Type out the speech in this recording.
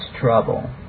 trouble